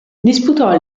disputò